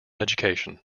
education